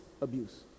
abuse